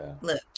look